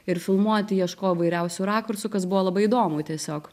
ir filmuoti ieškojau įvairiausių rakursų kas buvo labai įdomu tiesiog